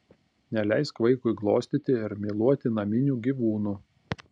neleisk vaikui glostyti ir myluoti naminių gyvūnų